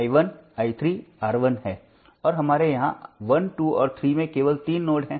और हमारे यहां 1 2 और 3 में केवल तीन नोड हैं